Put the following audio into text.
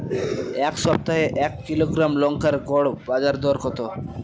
এই সপ্তাহে এক কিলোগ্রাম লঙ্কার গড় বাজার দর কত?